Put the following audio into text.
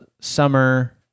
summer